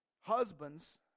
Husbands